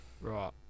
Right